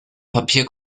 papier